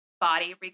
body